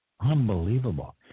Unbelievable